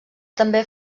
també